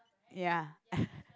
ya